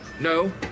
No